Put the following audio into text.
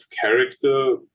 character